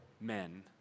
men